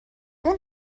اون